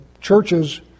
churches